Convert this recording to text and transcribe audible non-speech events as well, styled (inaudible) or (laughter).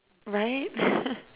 right (laughs)